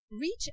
reach